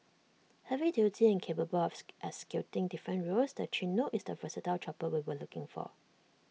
heavy duty and capable of executing different roles the Chinook is the versatile chopper we were looking for